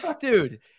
dude